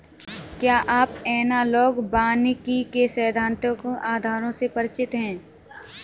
क्या आप एनालॉग वानिकी के सैद्धांतिक आधारों से परिचित हैं?